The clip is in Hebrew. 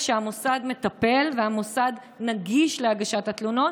על כך שהמוסד מטפל והמוסד נגיש להגשת התלונות,